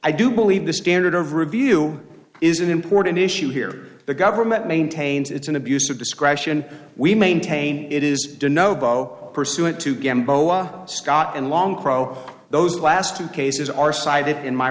i do believe the standard of review is an important issue here the government maintains it's an abuse of discretion we maintain it is no go pursuant to game boa scott and long pro those last two cases are cited in my